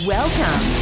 Welcome